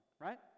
right